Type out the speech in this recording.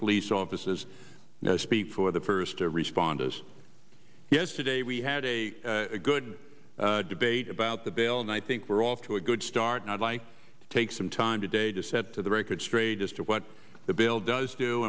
police offices speak for the first to respond us yesterday we had a good debate about the bail and i think we're off to a good start and i'd like to take some time today to set the record straight as to what the bill does do